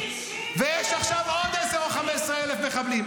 ויש עכשיו עוד 10,000 או 15,000 מחבלים.